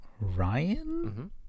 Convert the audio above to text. Ryan